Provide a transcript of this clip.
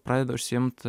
pradeda užsiimt